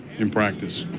and practice.